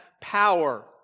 power